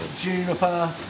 Juniper